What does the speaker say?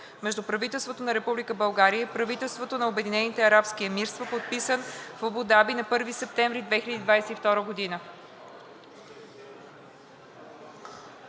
между правителството на Република България и правителството на Обединените арабски емирства, подписан в Абу Даби на 1 септември 2022 г.“